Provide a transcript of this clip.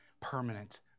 Permanent